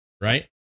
right